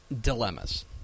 dilemmas